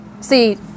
See